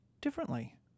differently